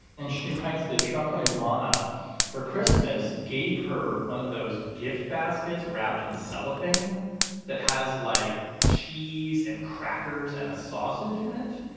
and she writes that trump and ivana for christmas gave her one of those gift baskets wrapped in cellophane that has like cheese and crackers and a sausage in it,